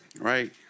right